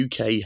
UK